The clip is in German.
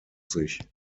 sich